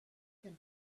can